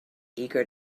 eager